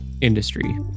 industry